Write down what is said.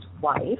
wife